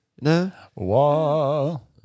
No